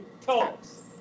talks